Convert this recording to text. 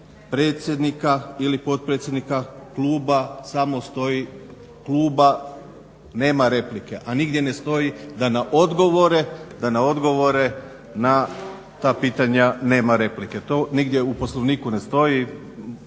predsjednika ili potpredsjednika kluba samo stoji kluba, nema replike, a nigdje ne stoji da na odgovore na ta pitanja nema replike. To nigdje u Poslovniku ne stoji.